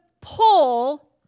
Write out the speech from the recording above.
pull